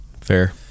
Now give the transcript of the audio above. Fair